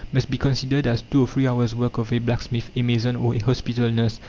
must be considered as two or three hours' work of a blacksmith, a mason, or a hospital nurse.